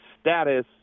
status